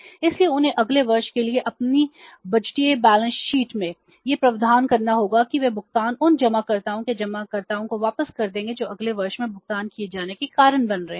इसलिए उन्हें अगले वर्ष के लिए अपनी बजटीय बैलेंस शीट में यह प्रावधान करना होगा कि वे भुगतान उन जमाकर्ताओं के जमाकर्ताओं को वापस कर देंगे जो अगले वर्ष में भुगतान किए जाने के कारण बन रहे हैं